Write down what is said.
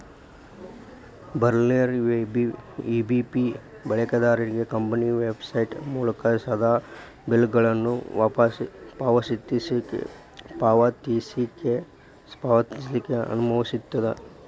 ಬಿಲ್ಲರ್ನೇರ EBP ಬಳಕೆದಾರ್ರಿಗೆ company website ಮೂಲಕಾ ಸೇದಾ ಬಿಲ್ಗಳನ್ನ ಪಾವತಿಸ್ಲಿಕ್ಕೆ ಅನುಮತಿಸ್ತದ